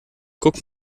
guck